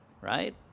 right